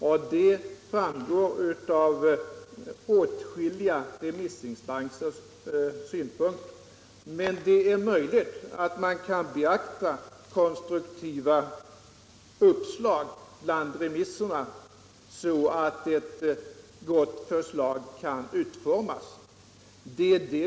Och det framgår av åtskilliga remissinstansers synpunkter. Men det är möjligt att konstruktiva uppslag i remissvaren kan beaktas så att ett gott förslag kan utformas.